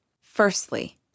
Firstly